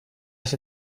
się